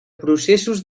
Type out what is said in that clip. processos